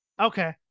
Okay